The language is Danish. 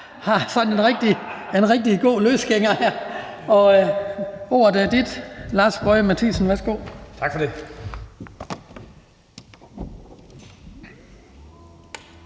har sådan en rigtig god løsgænger. Ordet er dit, Lars Boje Mathiesen. Værsgo. Kl.